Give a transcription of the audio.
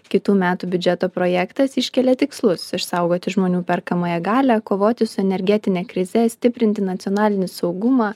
kitų metų biudžeto projektas iškelia tikslus išsaugoti žmonių perkamąją galią kovoti su energetine krize stiprinti nacionalinį saugumą